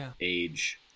age